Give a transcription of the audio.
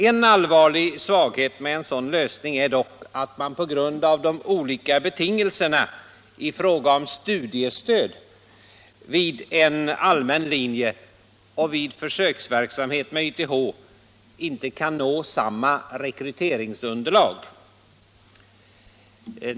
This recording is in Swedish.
En allvarlig svaghet med en sådan lösning är dock att man på grund av de olika betingelserna i fråga om studiestöd vid en allmän linje och en försöksverksamhet med YTH inte kan nå samma rekryteringsunderlag.